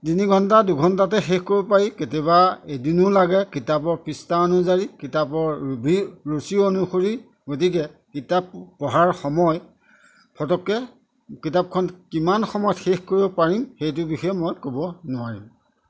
তিনি ঘণ্টা দুঘণ্টাতে শেষ কৰিব পাৰি কেতিয়াবা এদিনো লাগে কিতাপৰ পৃষ্ঠা অনুযায়ী কিতাপৰ ৰুভিৰ ৰুচি অনুসৰি গতিকে কিতাপ পঢ়াৰ সময় ফটককৈ কিতাপখন কিমান সময়ত শেষ কৰিব পাৰিম সেইটো বিষয়ে মই ক'ব নোৱাৰিম